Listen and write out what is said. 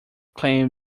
claimed